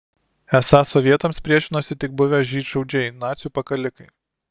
esą sovietams priešinosi tik buvę žydšaudžiai nacių pakalikai